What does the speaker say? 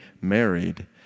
married